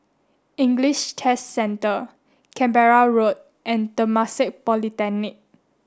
English Test Centre Canberra Road and Temasek Polytechnic